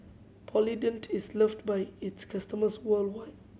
Polident is loved by its customers worldwide